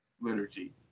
liturgy